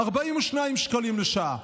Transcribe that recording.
42 שקלים לשעה.